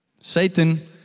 Satan